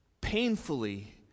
painfully